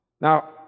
Now